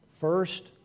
First